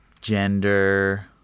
gender